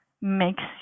makes